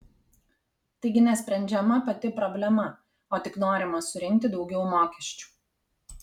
taigi nesprendžiama pati problema o tik norima surinkti daugiau mokesčių